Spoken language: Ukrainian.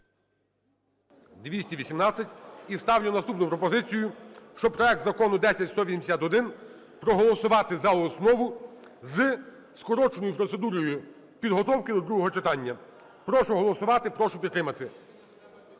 За-218 І ставлю наступну пропозицію, що проект закону 10181 проголосувати за основу зі скороченою процедурою підготовки до другого читання. Прошу голосувати, прошу підтримати.